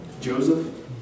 Joseph